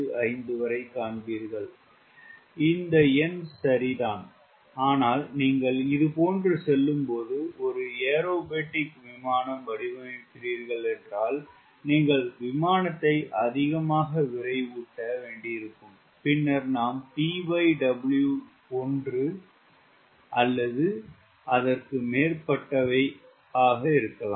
25 வரைக் காண்பீர்கள் இது எண் சரி ஆனால் நீங்கள் இதுபோன்று செல்லும் ஒரு ஏரோபாட்டிக் விமானம் வடிவமைக்கிறீர்கள் என்றால் நீங்கள் விமானத்தை அதிகமாக விரைவுட்ட வேண்டியிருக்கும் பின்னர் நாம் TW ஒன்று அல்லது அதற்கு மேற்பட்டவை இருக்கலாம்